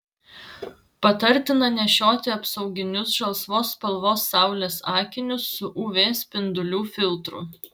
patartina nešioti apsauginius žalsvos spalvos saulės akinius su uv spindulių filtru